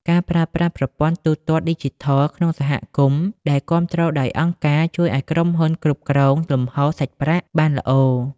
ការប្រើប្រាស់ប្រព័ន្ធទូទាត់ឌីជីថលក្នុងសហគមន៍ដែលគាំទ្រដោយអង្គការ ជួយឱ្យក្រុមហ៊ុនគ្រប់គ្រងលំហូរសាច់ប្រាក់បានល្អ។